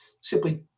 simply